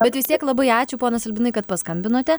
bet vis tiek labai ačiū ponas albinai kad paskambinote